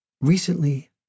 Recently